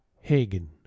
Hagen